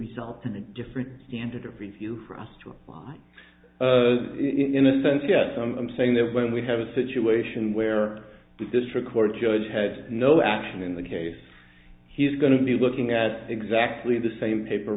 resulted in a different standard of review for us to in a sense yes i'm saying that when we have a situation where the district court judge had no action in the case he's going to be looking at exactly the same paper